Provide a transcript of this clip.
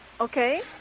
Okay